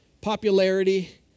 popularity